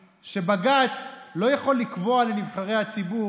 שרת הכלכלה והתעשייה בחרה ממונה על התחרות ממש בימים